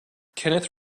kenneth